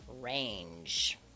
range